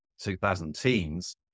2010s